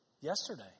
yesterday